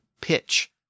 pitch